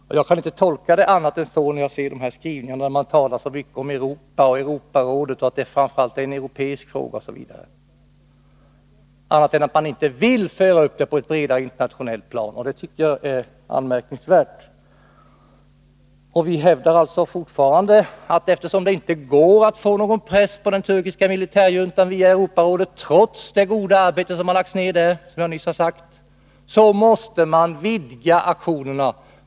När jag läser utskottets skrivning, där det talas så mycket om Europa och Europarådet och att detta framför allt är en europeisk fråga, kan jag inte tolka det hela annat än så, att man inte vill föra upp frågan på ett bredare internationellt plan. Jag tycker det är anmärkningsvärt. Vi hävdar alltså fortfarande, att eftersom det inte går att få någon press på den turkiska militärjuntan via Europarådet trots det goda arbete som lagts ner där, måste man vidga aktionerna.